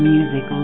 music